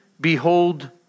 behold